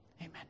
Amen